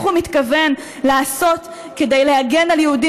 מה הוא מתכוון לעשות כדי להגן על יהודים